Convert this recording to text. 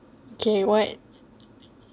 okay what